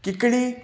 ਕਿੱਕਲੀ